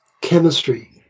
chemistry